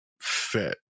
fit